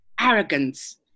arrogance